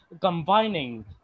combining